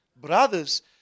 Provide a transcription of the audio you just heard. brothers